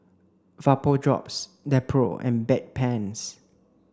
Vapodrops Nepro and Bedpans